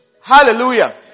Hallelujah